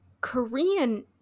Korean